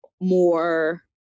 more